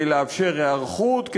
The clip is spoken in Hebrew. היערכות,